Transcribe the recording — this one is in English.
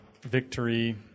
victory